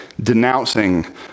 denouncing